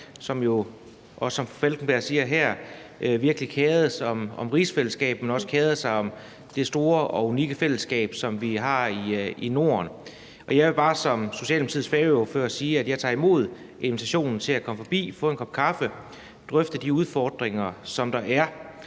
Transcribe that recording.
som fru Anna Falkenbergs også siger her, virkelig kerede sig om rigsfællesskabet, men også kerede sig om det store og unikke fællesskab, som vi har i Norden. Og jeg vil bare som Socialdemokratiets færøordfører sige, at jeg tager imod invitationen til at komme forbi, få en kop kaffe og drøfte de udfordringer, der er.